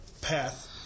path